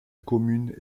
commune